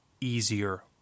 easier